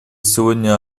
сегодня